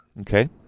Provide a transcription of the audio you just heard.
Okay